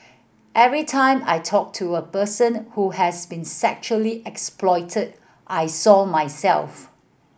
every time I talked to a person who has been sexually exploited I saw myself